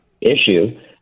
issue